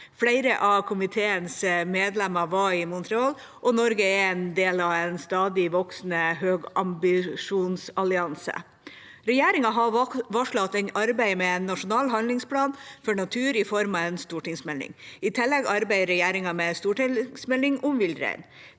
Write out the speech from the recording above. Flere av komiteens medlemmer var i Montreal, og Norge er en del av en stadig voksende høyambisjonsallianse. Regjeringa har varslet at den arbeider med en nasjonal handlingsplan for natur i form av en stortingsmelding. I tillegg arbeider regjeringa med en stortingsmelding om villrein.